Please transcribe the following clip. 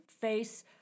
face